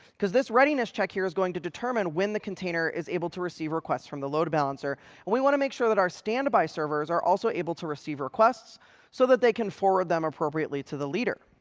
because this readiness check here is going to determine when the container is able to receive requests from the load balancer, we want to make sure that our standby servers are also able to receive requests so that they can forward them appropriately to the leader.